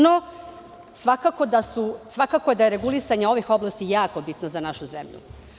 No, svakako da je regulisanje ovih oblasti jako bitno za našu zemlju.